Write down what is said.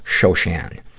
Shoshan